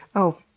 oh,